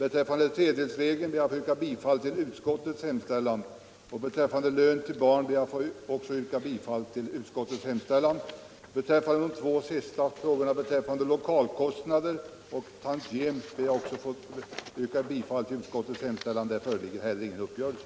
Beträffande tredjedelsregeln ber jag att få yrka bifall till utskottets hemställan. Beträffande lön till barn ber jag att få yrka bifall till utskottets hemställan. Beträffande de två punkterna lokalkostnader och tantiem m.m. ber jag också att få yrka bifall till utskottets hemställan. Där föreligger heller ingen uppgörelse.